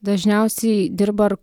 dažniausiai dirba ar